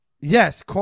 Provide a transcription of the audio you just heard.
Yes